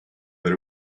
that